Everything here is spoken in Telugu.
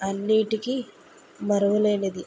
అన్నింటికి మరువలేనిది